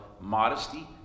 modesty